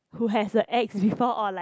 who has a ex before or like